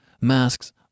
Masks